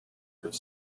could